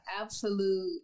absolute